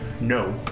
No